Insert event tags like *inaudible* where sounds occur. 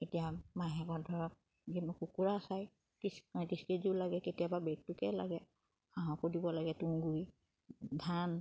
এতিয়া মাহেকত ধৰক যিমান কুকুৰা *unintelligible* হাঁহকো দিব লাগে তুঁহ গুড়ি ধান